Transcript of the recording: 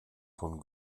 von